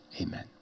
Amen